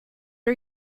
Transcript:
are